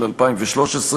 התשע"ג 2013,